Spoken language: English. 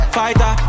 fighter